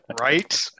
Right